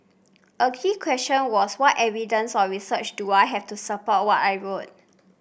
a key question was what evidence or research do I have to support what I wrote